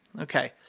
Okay